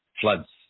Floods